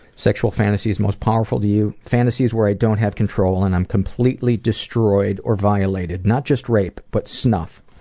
sexual fantasies most powerful to you? fantasies where i don't have control and i'm completely destroyed or violated. not just rape but snuff.